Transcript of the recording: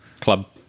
Club